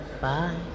bye